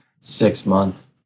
six-month